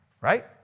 Right